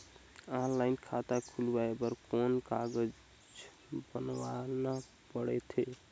Online खाता खुलवाय बर कौन कागज बनवाना पड़थे?